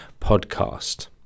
podcast